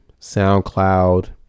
soundcloud